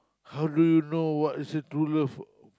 how do you know what is a true love